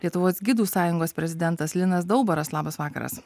lietuvos gidų sąjungos prezidentas linas daubaras labas vakaras